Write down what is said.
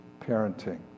parenting